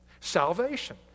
Salvation